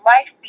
Life